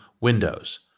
Windows